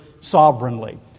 sovereignly